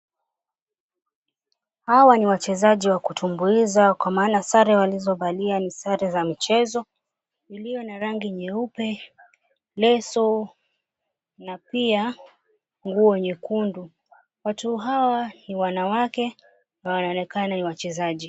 Hawa ni wachezaji wa kutumbuiza kwa maana sare walizovalia ni za michezo iliyo na rangi nyeupe, leso na pia nguo nyekundu, watu hawa ni wanawake wanaonekana ni wachezaji.